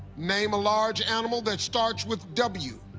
name a large animal that starts with w.